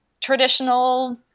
traditional